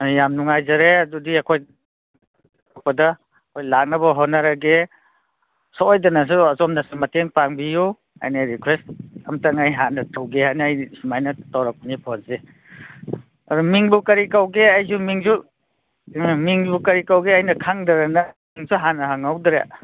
ꯑꯥ ꯌꯥꯝ ꯅꯨꯡꯉꯥꯏꯖꯔꯦ ꯑꯗꯨꯗꯤ ꯑꯩꯈꯣꯏ ꯑꯩꯈꯣꯏ ꯂꯥꯛꯅꯕ ꯍꯣꯠꯅꯔꯒꯦ ꯁꯣꯏꯗꯅꯁꯨ ꯑꯁꯣꯝꯅ ꯃꯇꯦꯡ ꯄꯥꯡꯕꯤꯎ ꯑꯩꯅ ꯔꯤꯀ꯭ꯋꯦꯁ ꯑꯃꯇꯪ ꯑꯩ ꯍꯥꯟꯅ ꯇꯧꯒꯦ ꯍꯥꯏꯅ ꯑꯩ ꯁꯨꯃꯥꯏꯅ ꯇꯧꯔꯛꯄꯅꯤ ꯐꯣꯟꯁꯦ ꯑꯗꯨ ꯃꯤꯡꯕꯨ ꯀꯔꯤ ꯀꯧꯒꯦ ꯑꯩꯁꯨ ꯃꯤꯡꯁꯨ ꯎꯝ ꯃꯤꯡꯕꯨ ꯀꯔꯤ ꯀꯧꯒꯦ ꯑꯩꯅ ꯈꯪꯗꯗꯅ ꯃꯤꯡꯁꯨ ꯍꯥꯟꯅ ꯍꯪꯍꯧꯗ꯭ꯔꯦ